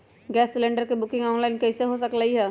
Gas cylinder के booking online कईसे हो सकलई ह?